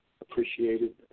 appreciated